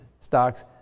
stocks